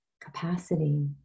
capacity